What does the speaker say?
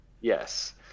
Yes